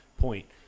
point